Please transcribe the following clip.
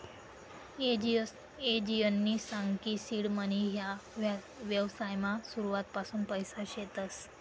ईजयनी सांग की सीड मनी ह्या व्यवसायमा सुरुवातपासून पैसा शेतस